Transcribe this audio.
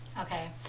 Okay